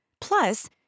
Plus